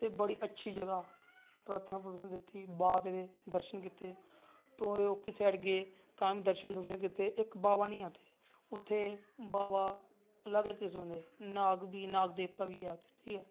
ते बड़ी अच्छी जगह परदक्खना दित्ती बावे दे दर्शन कीते ते ओह्की साईड गे ते तां बी दर्शन कीते इक्क बावा निं ऐ उत्थें उत्थें बाबा अलग अलग किस्म दे नाग बी नाग देवता बी ऐ उत्थें ठीक ऐ